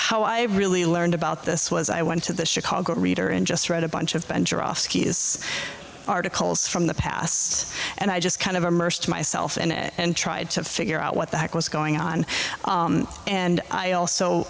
how i really learned about this was i went to the chicago reader and just read a bunch of articles from the past and i just kind of immersed myself in it and tried to figure out what the heck was going on and i also